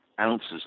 ounces